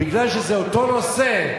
מכיוון שזה אותו נושא,